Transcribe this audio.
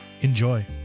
Enjoy